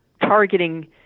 targeting